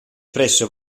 presso